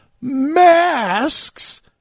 masks